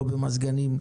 לא במזגנים,